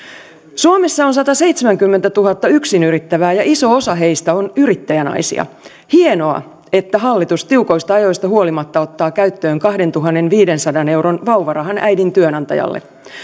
suomessa on sataseitsemänkymmentätuhatta yksinyrittävää ja iso osa heistä on yrittäjänaisia hienoa että hallitus tiukoista ajoista huolimatta ottaa käyttöön kahdentuhannenviidensadan euron vauvarahan äidin työnantajalle